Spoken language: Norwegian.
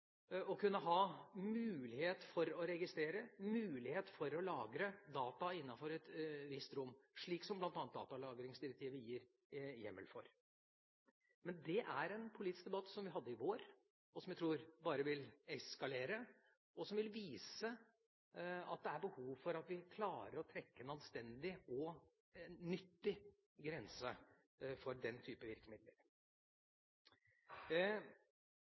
å ha mulighet til å registrere, mulighet til å lagre data innenfor et visst rom, slik som bl.a. datalagringsdirektivet gir hjemmel for. Det er en politisk debatt som vi hadde i vår, som jeg tror bare vil eskalere, og som vil vise at det er behov for at vi klarer å trekke en anstendig og nyttig grense for den type